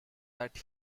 that